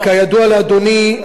וכידוע לאדוני,